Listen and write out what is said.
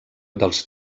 dels